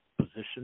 position